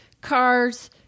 cars